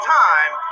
time